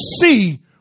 see